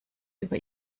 über